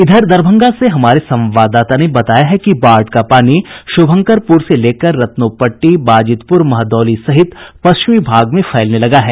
इधर दरभंगा से हमारे संवाददाता ने बताया है कि बाढ़ का पानी शुभंकरपुर से लेकर रत्नोपट्टी बाजिदपुर महदौली सहित पश्चिमी भाग में फैलने लगा है